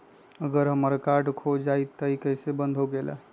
अगर हमर कार्ड खो जाई त इ कईसे बंद होकेला?